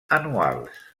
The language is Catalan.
anuals